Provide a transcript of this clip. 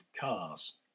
cars